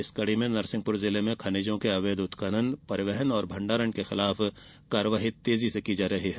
इसी कड़ी में नरसिंहपुर में जिले में खनिजों के अवैध उत्खनन परिवहन और भंडारण के खिलाफ कार्रवाई तेजी से की जा रही है